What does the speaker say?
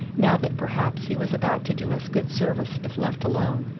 now that perhaps he was about to do us good service if left alone.